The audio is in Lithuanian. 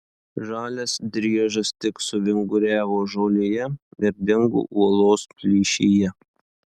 žalias driežas tik suvinguriavo žolėje ir dingo uolos plyšyje